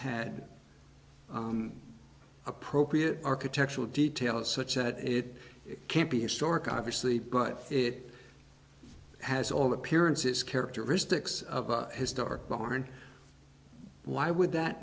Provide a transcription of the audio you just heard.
had appropriate architectural detail such as that it can't be historic obviously but it has all appearance its characteristics of a historic barn why would that